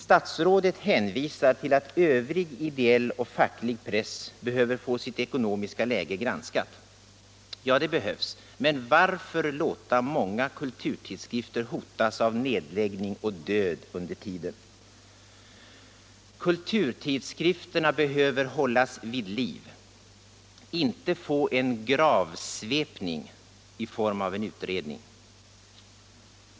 Statsrådet hänvisar till att övrig ideell och facklig press behöver få sitt ekonomiska läge granskat. Ja, det behövs. Men varför låta många kulturtidskrifter hotas av nedläggning och död under tiden? Kulturtidskrifterna behöver hållas vid liv, inte få en gravsvepning i form av en utredning.